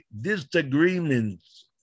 disagreements